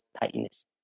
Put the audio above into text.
tightness